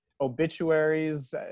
obituaries